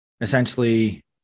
essentially